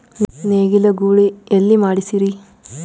ನೇಗಿಲ ಗೂಳಿ ಎಲ್ಲಿ ಮಾಡಸೀರಿ?